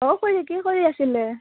অ' খুড়ী কি কৰি আছিলে